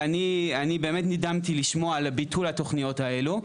ואני באמת נדהמתי לשמוע על ביטול התוכניות האלו.